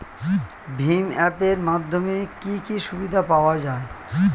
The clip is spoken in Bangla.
ভিম অ্যাপ এর মাধ্যমে কি কি সুবিধা পাওয়া যায়?